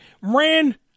ran